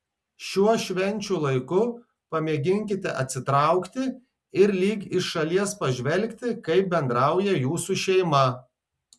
šiuo švenčių laiku pamėginkite atsitraukti ir lyg iš šalies pažvelgti kaip bendrauja jūsų šeima